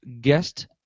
guest –